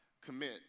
commit